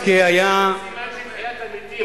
זה סימן של תחיית המתים.